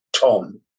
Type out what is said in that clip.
Tom